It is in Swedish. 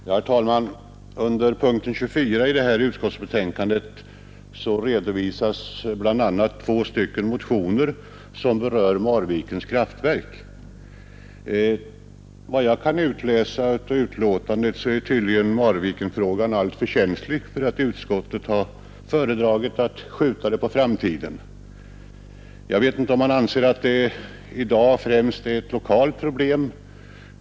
Herr talman! Under punkten 24 i detta utskottsbetänkande redovisas bl.a. två motioner som berör Marvikens kraftverk. Enligt vad jag kan utläsa ur utlåtandet är tydligen Marvikenfrågan alltför känslig, och utskottet har föredragit att skjuta den på framtiden. Jag vet inte om man anser att det i dag främst är ett lokalt problem.